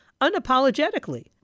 unapologetically